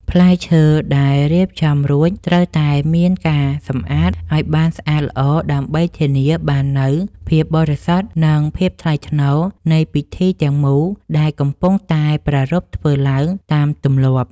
ផ្លែឈើដែលរៀបចំរួចត្រូវតែមានការសម្អាតឱ្យបានស្អាតល្អដើម្បីធានាបាននូវភាពបរិសុទ្ធ និង ភាពថ្លៃថ្នូរនៃពិធីទាំងមូលដែលកំពុងតែប្រារព្ធធ្វើឡើងតាមទម្លាប់។